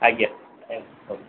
ଆଜ୍ଞା